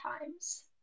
times